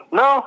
no